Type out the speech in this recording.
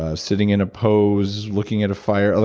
ah sitting in a pose, looking at a fire? ah